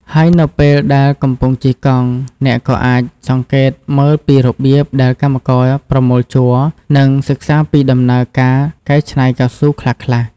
ហើយនៅពេលដែលកំពុងជិះកង់ អ្នកក៏អាចសង្កេតមើលពីរបៀបដែលកម្មករប្រមូលជ័រ និងសិក្សាពីដំណើរការកែច្នៃកៅស៊ូខ្លះៗ។